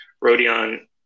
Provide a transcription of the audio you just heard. Rodion